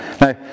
Now